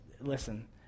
Listen